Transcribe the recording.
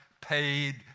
paid